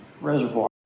reservoir